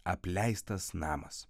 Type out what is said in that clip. apleistas namas